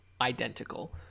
identical